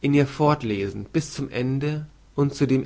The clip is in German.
in ihr fortlesen bis zum ende und zu dem